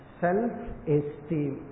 self-esteem